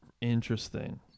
interesting